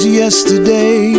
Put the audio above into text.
yesterday